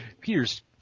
Peter's